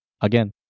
again